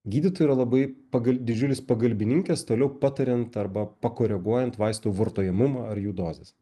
gydytojui yra labai pagal didžiulis pagalbininkas toliau patariant arba pakoreguojant vaistų vartojimumą ar jų dozes